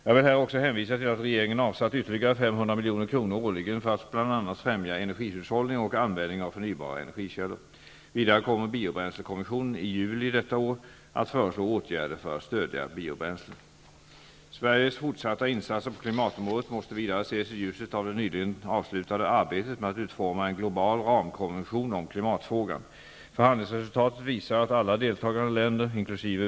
Jag vill här också hänvisa till att regeringen avsatt ytterligare 500 milj.kr. årligen för att bl.a. främja energihushållning och användning av förnybara energikällor. Vidare kommer biobränslekommissionen i juli detta år att föreslå åtgärder för att stödja biobränslen. Sveriges fortsatta insatser på klimatområdet måste vidare ses i ljuset av det nyligen avslutade arbetet med att utforma en global ramkonvention om klimatfrågan. Förhandlingsresultatet visar att alla deltagande länder, inkl.